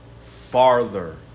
farther